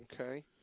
Okay